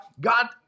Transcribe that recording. God